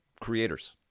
creators